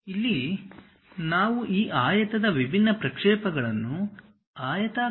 ಇಲ್ಲಿ ನಾವು ಈ ಆಯತದ ವಿಭಿನ್ನ ಪ್ರಕ್ಷೇಪಗಳನ್ನು ಆಯತಾಕಾರದ ಮೂಲಕ ತೋರಿಸುತ್ತಿದ್ದೇವೆ ಉಲ್ಲೇಖ ಸಮಯ 2551